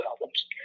albums